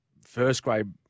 first-grade